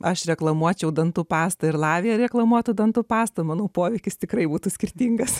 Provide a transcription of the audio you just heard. aš reklamuočiau dantų pastą ir labiau reklamuota dantų pasta mano poveikis tikrai būtų skirtingas